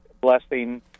blessing